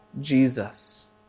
Jesus